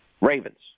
Ravens